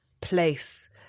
place